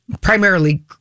primarily